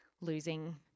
Losing